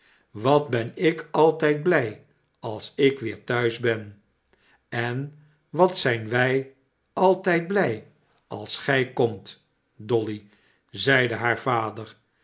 wat ben ik altijd blij als ik weer thuis ben sen wat zijn wij altijd blij als gij komt dolly zeide haar vader